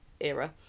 era